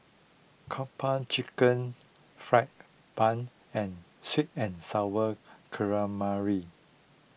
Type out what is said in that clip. Kung Po Chicken Fried Bun and Sweet and Sour Calamari